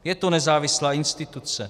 Je to nezávislá instituce.